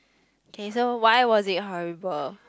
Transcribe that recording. K so why was it horrible